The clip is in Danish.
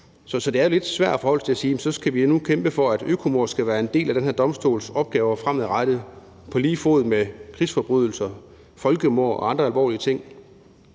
Så det er lidt svært i forhold til at sige, at nu skal vi kæmpe for, at økomord skal være en del af den her domstols opgaver fremadrettet på lige fod med krigsforbrydelser, folkemord og andre alvorlige ting.